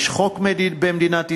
יש חוק במדינת ישראל,